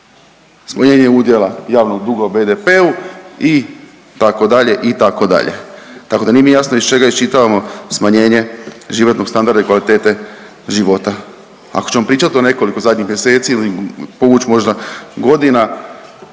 Smanjenje udjela javnog duga u BDP-u itd., itd., tako da mi nije jasno iz čega iščitavamo smanjenje životnog standarda i kvalitete života. Ako ćemo pričat o nekoliko zadnjih mjeseci ili povuć možda godina